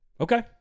Okay